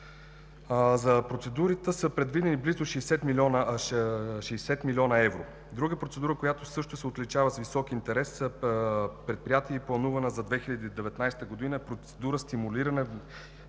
За процедурата са предвидени близо 60 млн. евро. Друга процедура, която също се отличава с висок интерес към предприятия и е планувана за 2019 г., е стимулиране